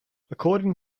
according